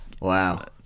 Wow